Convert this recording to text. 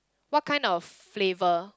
what kind of flavour